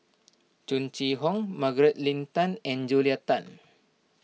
Tung Chye Hong Margaret Leng Tan and Julia Tan